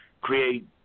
create